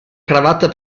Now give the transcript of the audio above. cravatta